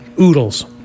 oodles